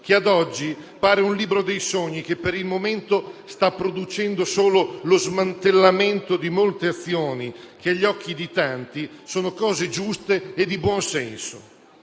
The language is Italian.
che ad oggi pare un libro dei sogni, che per il momento sta producendo solo lo smantellamento di molte azioni, che agli occhi di tanti sono giuste e di buon senso.